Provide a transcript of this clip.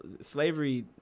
Slavery